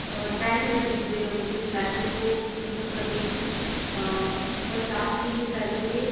और पैन कर दीजिएगा मुझे पैन तो मतलब क़रीब पचास चाहिए सैलो के